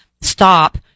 stop